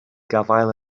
gafael